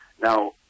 Now